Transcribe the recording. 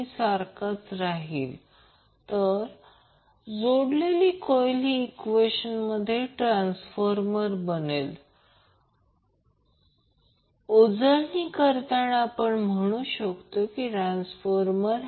तर सर्किटला देण्यात आलेली पॉवर ही मॅक्सीमम मूल्याच्या 12 आहे जी ω0 वर येते म्हणून याचा अर्थ रेझोनन्स पॉवर I0 आहे